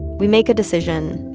we make a decision,